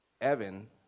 Evan